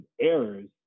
errors